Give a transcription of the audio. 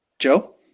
Joe